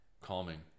calming